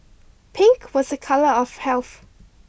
pink was a colour of health